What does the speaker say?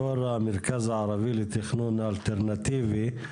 יו"ר המרכז הערבי לתכנון אלטרנטיבי.